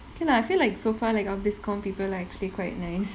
okay lah I feel like so far of like this committee people actually quite nice